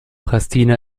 pristina